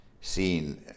seen